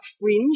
fringe